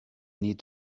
need